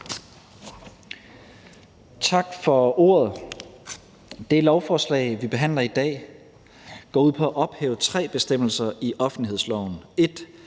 Tak for ordet. Det lovforslag, vi behandler i dag, går ud på at ophæve tre bestemmelser i offentlighedsloven: